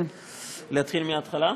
להתחיל מהתחלה?